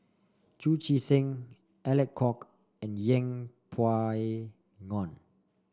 Chu Chee Seng Alec Kuok and Yeng Pway Ngon